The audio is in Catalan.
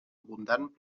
abundant